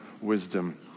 wisdom